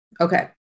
okay